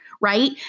Right